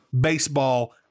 baseball